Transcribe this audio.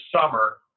summer